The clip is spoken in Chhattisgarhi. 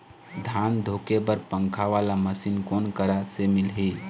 धान धुके बर पंखा वाला मशीन कोन करा से मिलही?